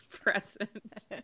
present